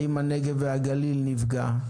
האם הנגב והגליל נפגע?